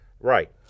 Right